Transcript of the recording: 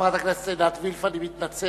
חברת הכנסת עינת וילף, אני מתנצל.